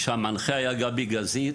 כשהמנחה היה גבי גזית,